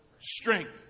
strength